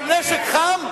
עם נשק חם.